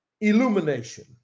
illumination